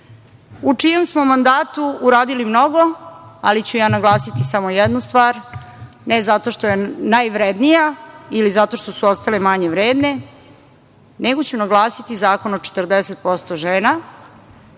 u čijem smo mandatu uradili mnogo, ali ću naglasiti samo jednu stvar, ne zato što je najvrednija ili zato što su ostale manje vredne, nego ću naglasiti Zakon o 40% žena,